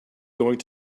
going